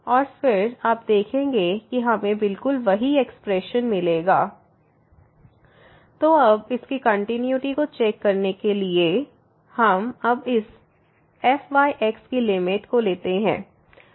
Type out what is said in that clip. और फिर आप देखेंगे कि हमें बिल्कुल वही एक्सप्रेशन मिलेगा तो अब इसकी कंटिन्यूटी को चेक करने के लिए हमें अब इस fyx की लिमिट को लेना है